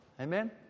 Amen